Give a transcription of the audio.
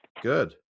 Good